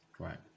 Right